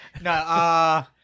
No